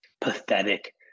pathetic